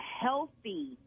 healthy